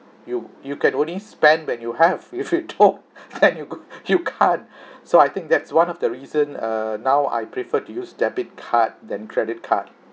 you you can only spend when you have if you don't than you could~ you can't so I think that's one of the reason err now I prefer to use debit card than credit card